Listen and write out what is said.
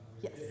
Yes